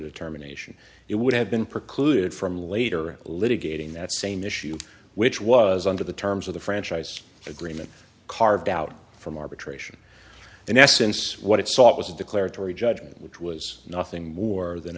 determination it would have been precluded from later litigating that same issue which was under the terms of the franchise agreement carved out from arbitration in essence what it sought was a declaratory judgment which was nothing more than